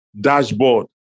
dashboard